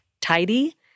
tidy